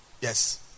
Yes